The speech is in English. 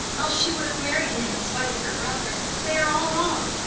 else she would have married him in spite of her brother they are all wrong.